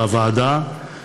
בוועדה,